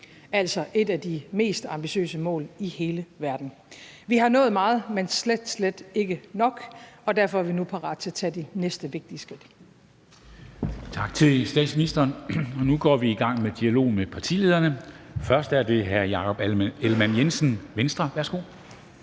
altså et af de mest ambitiøse mål i hele verden. Vi har nået meget, men slet, slet ikke nok, og derfor er vi nu parate til at tage de næste vigtige skridt.